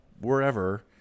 wherever